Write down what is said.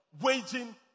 waging